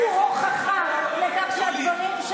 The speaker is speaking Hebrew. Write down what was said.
לוועדת הבריאות.